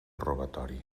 robatori